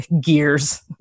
gears